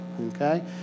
okay